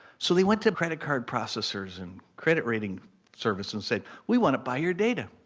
so they went to credit card processors, and credit rating services, and said, we want to buy your data.